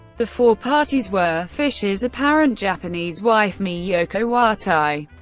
the four parties were fischer's apparent japanese wife miyoko watai,